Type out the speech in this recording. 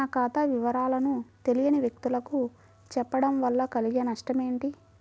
నా ఖాతా వివరాలను తెలియని వ్యక్తులకు చెప్పడం వల్ల కలిగే నష్టమేంటి?